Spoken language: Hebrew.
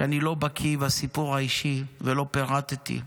שאני לא בקי בסיפור האישי שלהם ולא פירטתי.